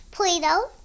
Play-Doh